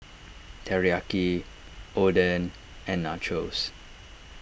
Teriyaki Oden and Nachos